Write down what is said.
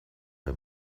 bei